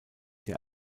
der